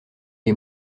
les